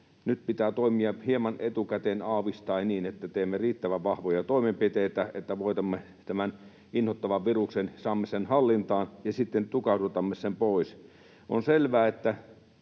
Nyt pitää toimia hieman etukäteen aavistaen niin, että teemme riittävän vahvoja toimenpiteitä, että voitamme tämän inhottavan viruksen, saamme sen hallintaan ja sitten tukahdutamme sen pois. On selvää, että